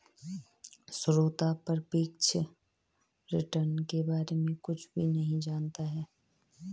श्वेता निरपेक्ष रिटर्न के बारे में कुछ भी नहीं जनता है